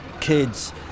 kids